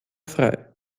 frei